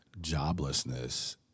joblessness